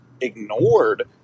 ignored